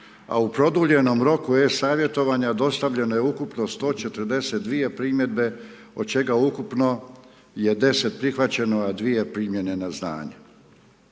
a u produljenom roku e-savjetovanja dostavljeno je ukupno 142 primjedbe od čega ukupno je 10 prihvaćeno, a 2 primljene na znanje.